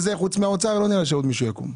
לא נראה לי שחוץ מהאוצר מישהו יקום.